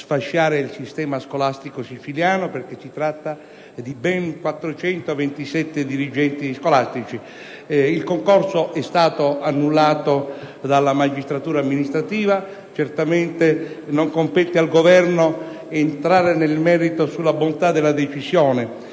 Il concorso è stato annullato dalla magistratura amministrativa. Certamente non compete al Governo entrare nel merito della bontà della decisione.